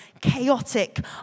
chaotic